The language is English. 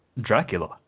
Dracula